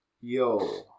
Yo